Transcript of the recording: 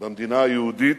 במדינה היהודית,